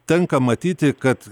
tenka matyti kad